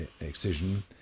excision